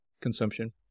consumption